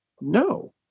No